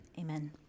Amen